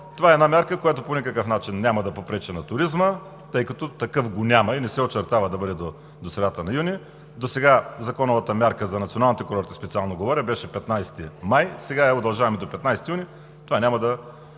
това е една мярка, която по никакъв начин няма да попречи на туризма, тъй като такъв няма и не се очертава да има до средата на юни. Досега законовата мярка за националните курорти – специално говоря, беше 15 май, сега я удължаваме до 15 юни. Това няма по